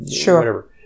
Sure